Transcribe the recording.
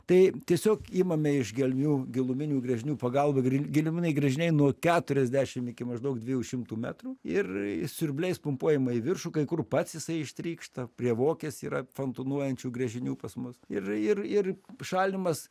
tai tiesiog imame iš gelmių giluminių gręžinių pagalba gril giluminiai gręžiniai nuo keturiasdešim iki maždaug dviejų šimtų metrų ir siurbliais pumpuojama į viršų kai kur pats jisai ištrykšta prie vokės yra fontanuojančių gręžinių pas mus ir ir ir šaldymas